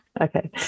okay